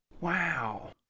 wow